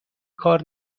کار